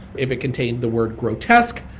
if it contained the word grotesque,